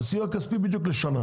אבל הסיוע הכספי הוא ספציפי.